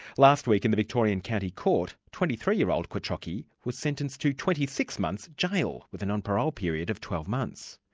last week in the victorian county court, twenty three year old quattrocchi was sentenced to twenty six months jail, with a non-parole period of twelve months.